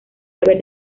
haber